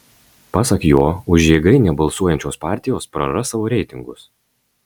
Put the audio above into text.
pasak jo už jėgainę balsuosiančios partijos praras savo reitingus